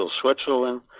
Switzerland